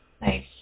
Nice